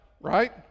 right